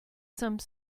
some